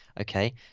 okay